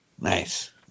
Nice